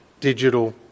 digital